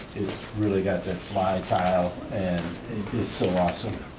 really got the wide tile and it's so awesome,